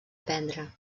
aprendre